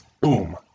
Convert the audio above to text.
Boom